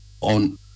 on